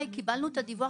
לא הצגת את עצמך.